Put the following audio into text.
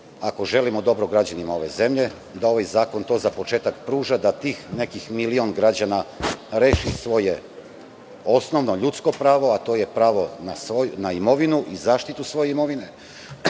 ako želimo dobro građanima ove zemlje, da ovaj zakon to za početak pruža, da tih nekih milion građana reši svoje osnovno ljudsko pravo, a to je pravo na imovinu i zaštitu svoje imovine